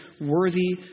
worthy